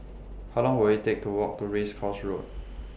How Long Will IT Take to Walk to Race Course Road